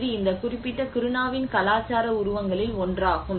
இது இந்த குறிப்பிட்ட கிருணாவின் கலாச்சார உருவங்களில் ஒன்றாகும்